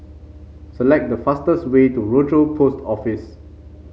select the fastest way to Rochor Post Office